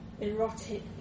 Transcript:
erotic